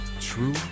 True